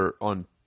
on